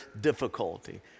difficulty